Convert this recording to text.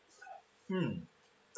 um